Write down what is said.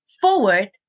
forward